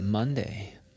Monday